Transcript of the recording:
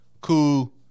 Cool